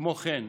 כמו כן,